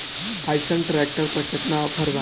अइसन ट्रैक्टर पर केतना ऑफर बा?